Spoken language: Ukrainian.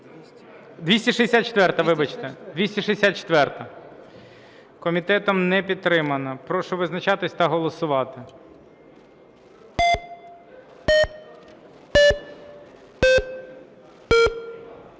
264-а. Комітетом не підтримана. Прошу визначатися та голосувати.